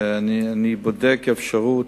ואני בודק אפשרות,